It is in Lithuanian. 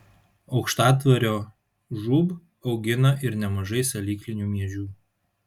aukštadvario žūb augina ir nemažai salyklinių miežių